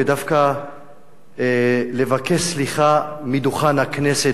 ודווקא לבקש סליחה מדוכן הכנסת,